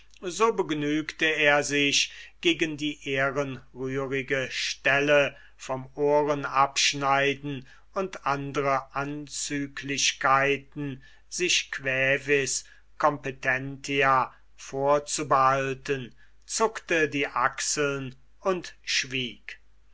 so begnügte er sich gegen die ehrenrührige stelle vom ohrenabschneiden und andre anzüglichkeiten sich quaevis competentia vorzubehalten zuckte die achseln und schwieg